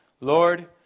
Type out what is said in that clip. Lord